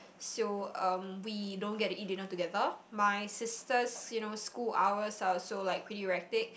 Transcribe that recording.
so um we don't get to eat dinner together my sisters you know school hours are also like pretty erratic